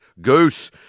Goose